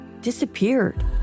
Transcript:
disappeared